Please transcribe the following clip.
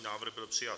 Návrh byl přijat.